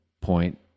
point